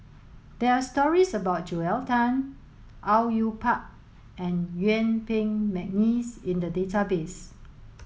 there are stories about Joel Tan Au Yue Pak and Yuen Peng McNeice in the database